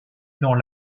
dans